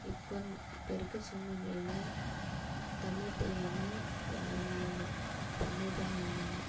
இப்போ இப்போ இருக்கற சூழ்நிலையில் தமிழ் தெரியாமல் யாருமே இல்லை தமிழ் தான் எல்லாமே